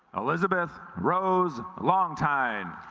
elizabeth rose long time